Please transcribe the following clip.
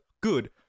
Good